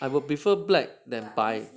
I would prefer black than 白